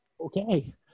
okay